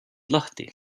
lahti